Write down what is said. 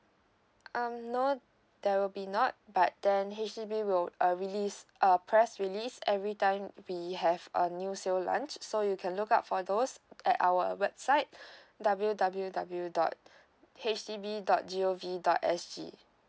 um no there will be not but then H_D_B will uh released a press release every time we have a new sale launch so you can look out for those at our website W W W dot H D B dot G O V dot S G